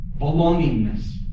Belongingness